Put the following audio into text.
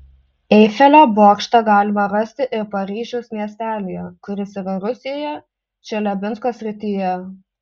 eifelio bokštą galima rasti ir paryžiaus miestelyje kuris yra rusijoje čeliabinsko srityje